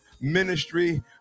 ministry